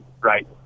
right